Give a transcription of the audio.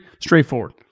straightforward